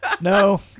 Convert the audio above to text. No